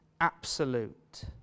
absolute